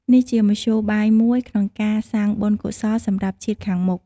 នេះជាមធ្យោបាយមួយក្នុងការសាងបុណ្យកុសលសម្រាប់ជាតិខាងមុខ។